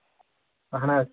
اہن حظ